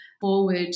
forward